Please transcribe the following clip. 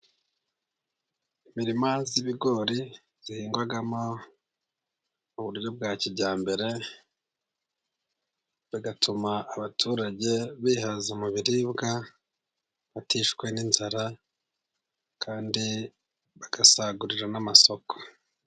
Imirima y'ibigori ihingwamo uburyo bwa kijyambere, bigatuma abaturage bihaza mu biribwa batishwe n'inzara, kandi bagasagurira n'amasoko.